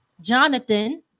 Jonathan